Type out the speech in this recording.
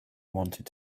wanted